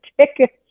tickets